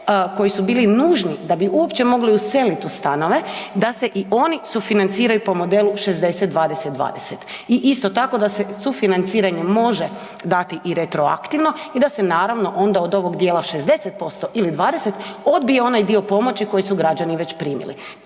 koji su bili nužni da bi uopće mogli uselit u stanove, da se i oni sufinanciraju po modelu 60:20:20. I isto tako da se sufinanciranje može dati i retroaktivno i da se naravno onda od ovog dijela 60% ili 20 odbije onaj dio pomoći koji su građani već primili.